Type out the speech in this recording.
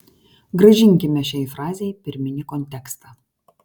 grąžinkime šiai frazei pirminį kontekstą